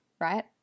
right